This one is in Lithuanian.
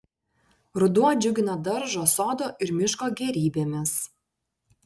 ruduo džiugina daržo sodo ir miško gėrybėmis